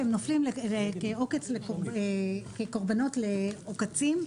והם נופלים לעוקץ, כקורבנות לעוקצים,